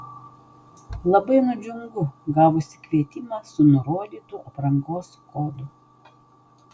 labai nudžiungu gavusi kvietimą su nurodytu aprangos kodu